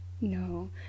No